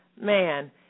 man